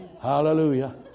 Hallelujah